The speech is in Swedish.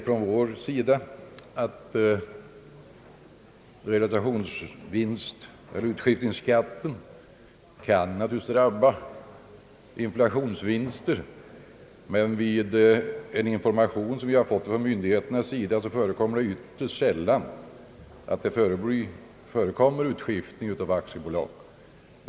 Utskottsmajoriteten medger att utskiftningsskatten kan drabba inflationsvinster, men enligt den information som vi fått från myndigheterna förekommer utskiftning av aktiebolag ytterst sällan.